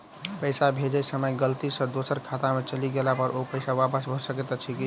पैसा भेजय समय गलती सँ दोसर खाता पर चलि गेला पर ओ पैसा वापस भऽ सकैत अछि की?